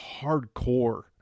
hardcore